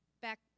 back